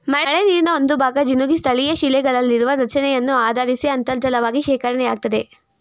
ಮಳೆನೀರಿನ ಒಂದುಭಾಗ ಜಿನುಗಿ ಸ್ಥಳೀಯಶಿಲೆಗಳಲ್ಲಿರುವ ರಚನೆಯನ್ನು ಆಧರಿಸಿ ಅಂತರ್ಜಲವಾಗಿ ಶೇಖರಣೆಯಾಗ್ತದೆ